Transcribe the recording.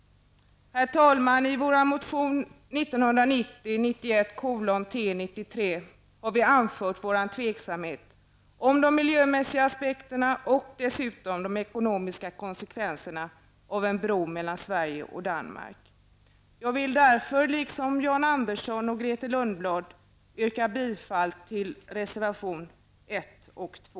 Herr talman! I vår motion 1990/91:T93 har vi anfört vår tveksamhet inför de miljömässiga aspekterna och dessutom de ekonomiska konsekvenserna av en bro mellan Sverige och Danmark. Jag vill därför i likhet med Jan Andersson och Grethe Lundblad yrka bifall till reservationerna 1 och 2.